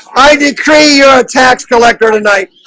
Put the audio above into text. i decree your tax collector tonight